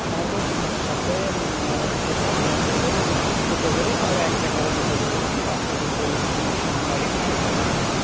সাধারণত একটি একটা করে কি দুটো করে কারো একটা কারো দুটো করে বাদ থেকে কেউ সোমবারে খাই খায় না